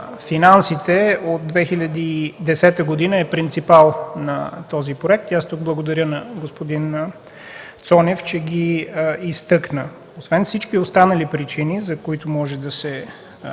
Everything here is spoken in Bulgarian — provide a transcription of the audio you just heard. финансите от 2010 г. е принципал на този проект и аз благодаря на господин Цонев, че ги изтъкна. Освен всички останали причини, за които може да се